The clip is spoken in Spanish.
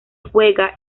juega